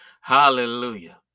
Hallelujah